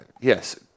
Yes